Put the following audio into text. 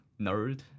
Nerd